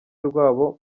rwabo